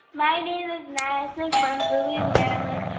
my name is madison from bowie, you know and